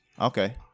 Okay